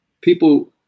people